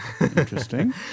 Interesting